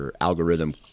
algorithm